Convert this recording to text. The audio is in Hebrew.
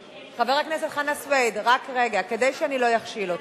רגע, כדי שאני לא אכשיל אותך.